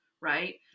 right